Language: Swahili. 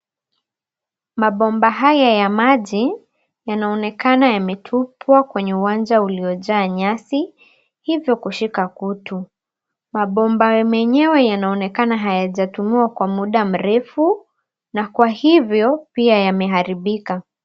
Mabomba haya ya maji yanaonekana yametupwa kwenye uwanja uliyojaa nyasi hivyo kushika kutu. Mabomba yenyewe yanaonekana hayajatumiwa kwa muda mrefu na kwa hivyo pia yameharibika.